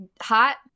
Hot